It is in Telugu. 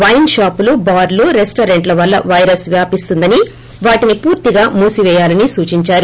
వైస్ షాపులు బార్లు రెస్టారెంట్ల వల్ల వైరస్ వ్యాపిస్తుందని వాటిని పూర్తిగా మూసి పేయాలని సూచించారు